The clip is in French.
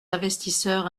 investisseurs